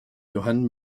johann